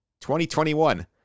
2021